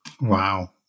Wow